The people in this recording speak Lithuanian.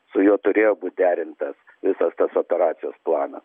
su juo turėjo būt derintas visas tas operacijos planas